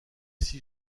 six